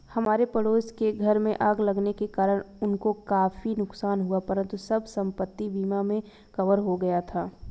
हमारे पड़ोस के घर में आग लगने के कारण उनको काफी नुकसान हुआ परंतु सब संपत्ति बीमा में कवर हो गया था